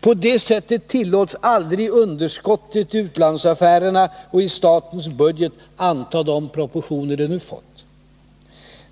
På det sättet tillåts aldrig underskottet i utlandsaffärerna och i statens budget anta de proportioner det nu fått.